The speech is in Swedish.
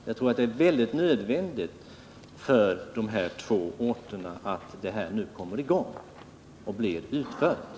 Jag tror det är alldeles nödvändigt för de två orterna att arbetena nu kommer i gång och blir utförda.